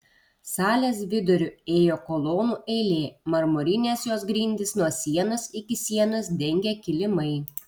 salės viduriu ėjo kolonų eilė marmurines jos grindis nuo sienos iki sienos dengė kilimai